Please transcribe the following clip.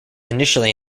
initially